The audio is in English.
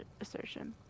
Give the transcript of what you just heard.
assertion